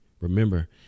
remember